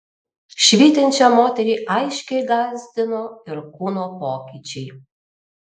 švytinčią moterį aiškiai gąsdino ir kūno pokyčiai